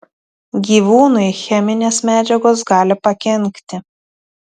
gyvūnui cheminės medžiagos gali pakenkti